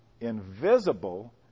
invisible